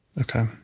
okay